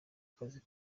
kazi